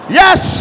yes